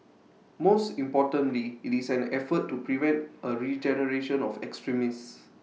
most importantly IT is an effort to prevent A regeneration of extremists